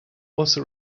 also